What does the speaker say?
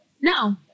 No